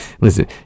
Listen